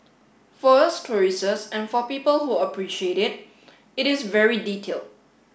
for us tourists and for people who appreciate it it is very detailed